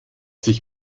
sich